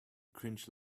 cringe